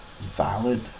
valid